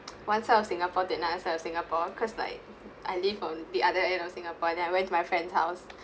one side of singapore the another side of singapore because like I live on the other end of singapore and then I went to my friend's house